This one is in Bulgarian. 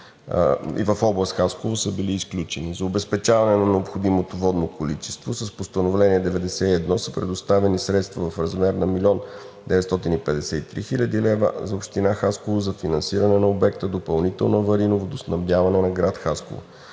в област Хасково са били изключени. За обезпечаване на необходимото водно количество с Постановление № 91 са предоставени средства в размер на 1 млн. 953 хил. лв. за община Хасково за финансиране на обекта и допълнително аварийно водоснабдяване на град Хасково.